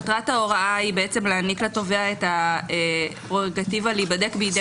מטרת ההוראה היא להעניק לתובע את הפרורגטיבה להיבדק בידי